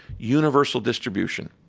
universal distribution.